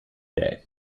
day